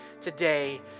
today